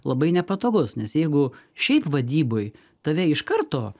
labai nepatogus nes jeigu šiaip vadyboj tave iš karto